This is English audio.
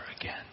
again